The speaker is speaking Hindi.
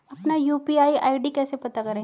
अपना यू.पी.आई आई.डी कैसे पता करें?